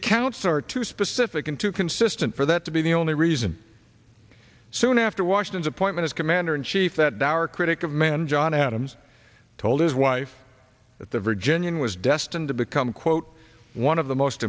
accounts are too specific and to consistent for that to be the only reason soon after washington's appointment as commander in chief that dour critic of man john adams told his wife that the virginian was destined to become quote one of the most